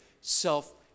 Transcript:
self